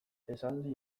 esaldi